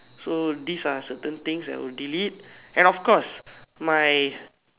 so these are certain things I will delete and of course my